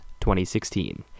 2016